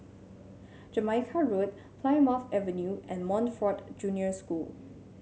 Jamaica Road Plymouth Avenue and Montfort Junior School